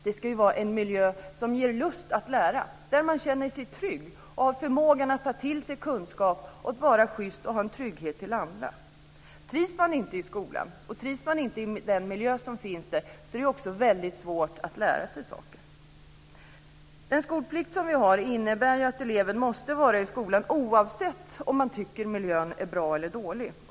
Det ska vara en miljö som ger lust att lära och där man känner sig trygg och har förmågan att ta till sig kunskap och kan vara schyst. Trivs man inte i skolan - trivs man inte i den miljö som finns där - är det väldigt svårt att lära sig saker. Den skolplikt vi har innebär att eleven måste vara i skolan oavsett om han eller hon tycker att miljön är bra eller dålig.